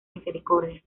misericordia